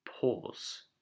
Pause